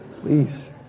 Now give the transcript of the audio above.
Please